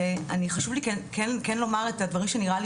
חשוב לי כן לומר את הדברים שנראה לי